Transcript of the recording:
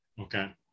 Okay